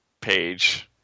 page